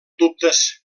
dubtes